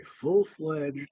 full-fledged